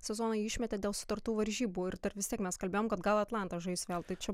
sezoną jį išmetė dėl sutartų varžybų ir dar vis tiek mes kalbėjom kad gal atlantas žais vėl tai čia